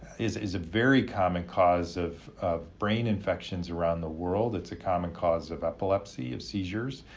is is very common cause of of brain infections around the world, it's a common cause of epilepsy, of seizures,